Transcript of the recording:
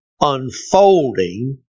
unfolding